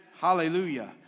Hallelujah